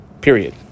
period